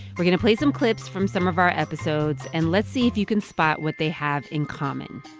we're going to play some clips from some of our episodes, and let's see if you can spot what they have in common